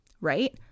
right